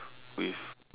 with